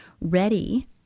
ready